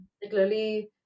particularly